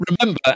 Remember